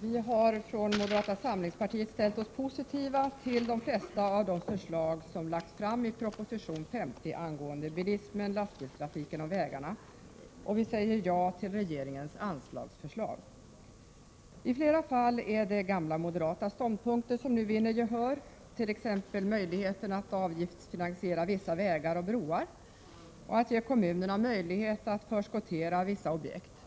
Vi har från moderata samlingspartiet ställt oss positiva till de flesta av de förslag som lagts fram i proposition 50 angående bilismen, lastbilstrafiken och vägarna, och vi säger ja till regeringens anslagsförslag. I flera fall är det gamla moderata ståndpunkter som nu vinner gehör, t.ex. möjligheten att avgiftsfinansiera vissa vägar och broar samt ge kommunerna möjlighet att förskottera vissa objekt.